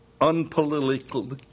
unpolitical